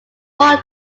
one